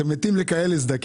אתם מתים לסדקים כאלה.